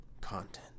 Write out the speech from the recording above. content